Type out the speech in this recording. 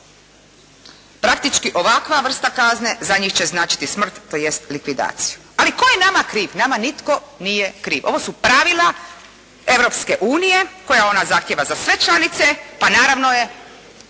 Praktički ovakva vrsta kazne za njih će značiti smrt, tj. likvidaciju. Ali tko je nama kriv? Nama nitko nije kriv. Ovo su pravila Europske unije koja ona zahtijeva za sve članice, pa naravno je